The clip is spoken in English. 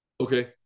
Okay